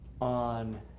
On